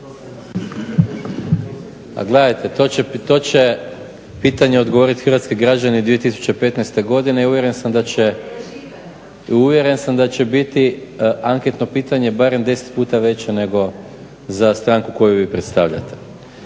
Pa gledajte to će pitanje odgovoriti hrvatski građani 2015. godine i uvjeren sam da će biti anketno pitanje barem 10 puta veće nego za stranku koju vi predstavljate.